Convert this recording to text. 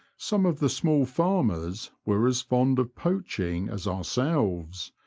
some of the small farmers were as fond of poaching as ourselves,